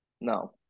no